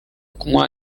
kunywa